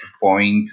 point